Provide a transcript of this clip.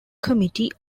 committee